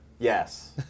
Yes